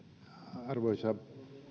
arvoisa